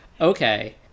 okay